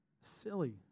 Silly